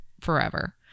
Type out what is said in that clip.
forever